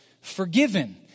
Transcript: forgiven